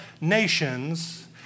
nations